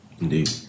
Indeed